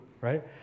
right